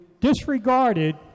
disregarded